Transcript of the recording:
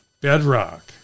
bedrock